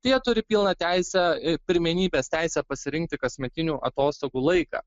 tie turi pilną teisę pirmenybės teisę pasirinkti kasmetinių atostogų laiką